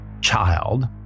child